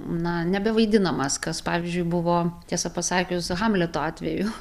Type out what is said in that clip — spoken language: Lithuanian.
na nebevaidinamas kas pavyzdžiui buvo tiesa pasakius hamleto atveju